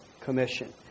Commission